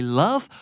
love